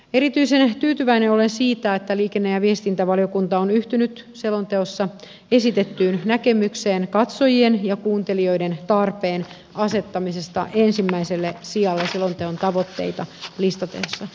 erityisen tyytyväinen olen siitä että liikenne ja viestintävaliokunta on yhtynyt selonteossa esitettyyn näkemykseen katsojien ja kuuntelijoiden tarpeen asettamisesta ensimmäiselle sijalle selonteon tavoitteita listatessa